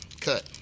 cut